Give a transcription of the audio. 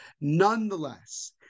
nonetheless